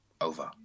over